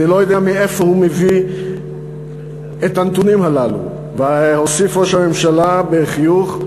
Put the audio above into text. אני לא יודע מאיפה הוא מביא את הנתונים הללו?" והוסיף ראש הממשלה בחיוך,